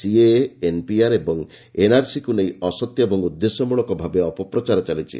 CAA NPR ଓ ଏନ୍ଆର୍ସିକୁ ନେଇ ଅସତ୍ୟ ଏବଂ ଉଦ୍ଦେଶ୍ୟ ମୂଳକ ଭାବେ ଅପପ୍ରଚାର ଚାଲିଛି